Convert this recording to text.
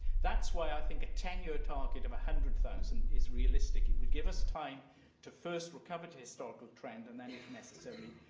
that's why i think a ten year target of one hundred thousand is realistic. it will give us time to, first, recover to historical trend and then, if necessary,